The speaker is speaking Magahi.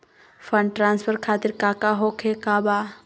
फंड ट्रांसफर खातिर काका होखे का बा?